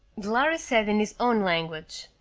the lhari said in his own language,